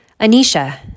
Anisha